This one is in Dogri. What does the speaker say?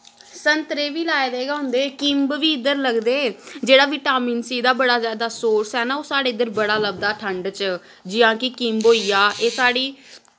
संतरे बी लाए दे गै होंदे किम्ब बी इद्धर लगदे जेह्ड़ा विटामिन सी दा बड़ा जैदा सोर्स ऐ ना ओह् साढ़े इद्धर बड़ा लभदा ठंड च जि'यां कि किम्ब होइया एह् साढ़ी